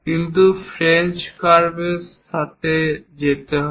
কিন্তু ফ্রেঞ্চ কার্ভের সাথে যেতে হয়